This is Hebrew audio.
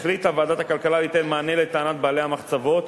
החליטה ועדת הכלכלה ליתן מענה לטענת בעלי המחצבות,